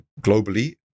globally